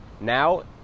now